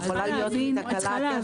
יכולה להיות תקלה טכנית.